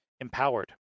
empowered